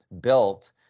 built